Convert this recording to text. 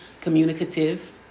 Communicative